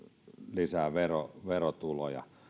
lisää verotuloja